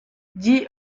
dix